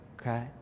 Okay